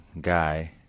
guy